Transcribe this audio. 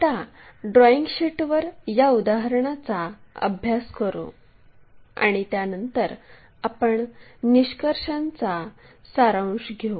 आता ड्रॉईंग शीटवर या उदाहरणाचा अभ्यास करू आणि त्यानंतर आपण निष्कर्षांचा सारांश घेऊ